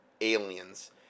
aliens